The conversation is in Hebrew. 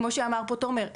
כמו שאמר פה עו"ד תומר,